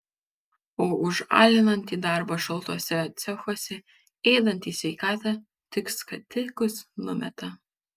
o už alinantį darbą šaltuose cechuose ėdantį sveikatą tik skatikus numeta